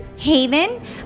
haven